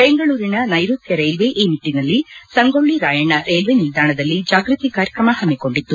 ಬೆಂಗಳೂರಿನ ನೈರುತ್ತ ರೈಲ್ವೆ ಈ ನಿಟ್ಟನಲ್ಲಿ ಸಂಗೊಳ್ಳ ರಾಯಣ್ಣ ರೈಲ್ವೆ ನಿಲ್ದಾಣದಲ್ಲಿ ಜಾಗೃತಿ ಕಾರ್ಯಕ್ರಮ ಹಮ್ಮಿಕೊಂಡಿತ್ತು